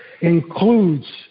includes